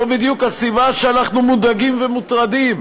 זו בדיוק הסיבה שאנחנו מודאגים ומוטרדים,